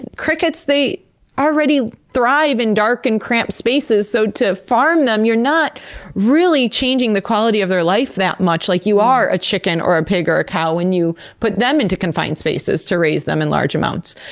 crickets, they already thrive in dark and cramped spaces, so to farm them you're not really changing the quality of their life that much, like you are a chicken, or a pig, or a cow, when you put them into confined spaces to raise them in large amounts.